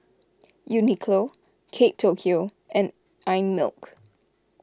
Uniqlo Kate Tokyo and Einmilk